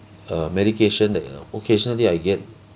uh medication that occasionally I get